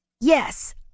Yes